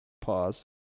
Pause